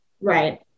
Right